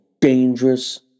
dangerous